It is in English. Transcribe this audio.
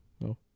no